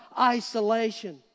isolation